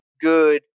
good